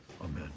Amen